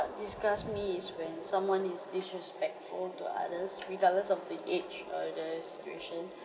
disgust me is when someone is disrespectful to others regardless of the age or the situation